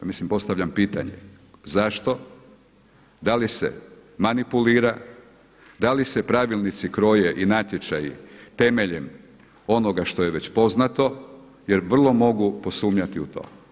Mislim postavljam pitanje zašto, da li se manipulira, da li se pravilnici kroje i natječaji temeljem onoga što je već poznato jer vrlo mogu posumnjati u to.